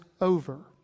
over